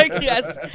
yes